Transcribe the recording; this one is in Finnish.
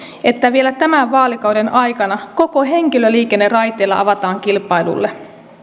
että vielä tämän vaalikauden aikana koko henkilöliikenne raiteilla avataan kilpailulle